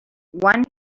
one